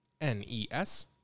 N-E-S